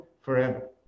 forever